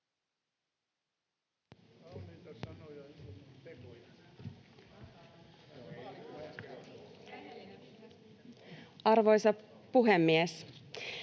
Arvoisa puhemies!